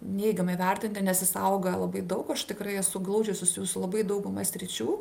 neigiamai vertinti nes jis auga labai daug aš tikrai esu glaudžiai susijus su labai dauguma sričių